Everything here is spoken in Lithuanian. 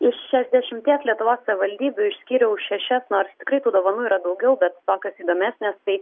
iš šešiasdešimties lietuvos savivaldybių išskyriau šešias nors tikrai tų dovanų yra daugiau bet tokios įdomesnės tai